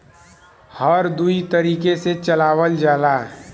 हर दुई तरीके से चलावल जाला